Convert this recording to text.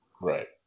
right